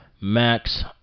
Max